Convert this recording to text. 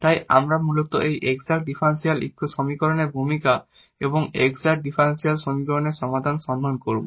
তাই আমরা মূলত এই এক্সাট ডিফারেনশিয়াল সমীকরণের ভূমিকা এবং এক্সাট ডিফারেনশিয়াল সমীকরণের সমাধানগুলি সন্ধান করব